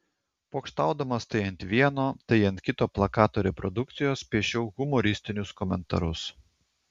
pokštaudamas tai ant vieno tai ant kito plakato reprodukcijos piešiau humoristinius komentarus